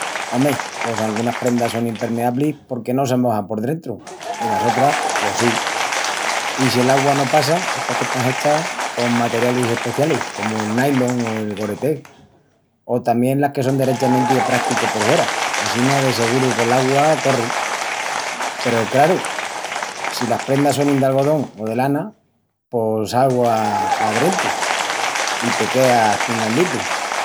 Ome, pos angunas prendas son impermeabliis porque no se mojan por drentu i las otras... pos sí. I si l'augua no passa es porque estan hechas con materialis especialis comu el nailon, o el Gore-Tex. O tamién las que son derechamenti de prásticu por huera, assina de seguru que l'augua corri. Peru craru, si las prendas sonin d'algodón o de lana pos augua padrentu i te queas pinganditu.